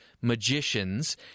magicians